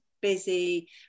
busy